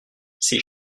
ces